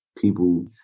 people